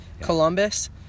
Columbus